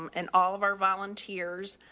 um and all of our volunteers,